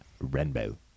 Rainbow